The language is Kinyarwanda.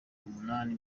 umunani